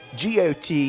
got